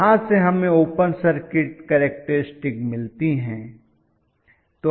यहां से हमें ओपन सर्किट करैक्टेरिस्टिक मिलती हैं